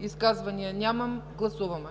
Изказвания? Няма. Гласуваме.